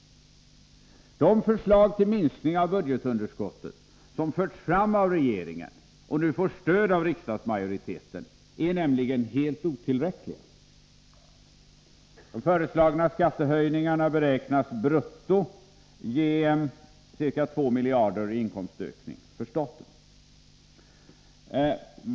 De förslag till minskning av budgetunderskottet som har förts fram av regeringen och nu får stöd av riksdagsmajoriteten är nämligen helt otillräckliga. De föreslagna skattehöjningarna beräknas brutto ge ca 2 miljarder kronor i inkomstökning för staten.